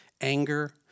Anger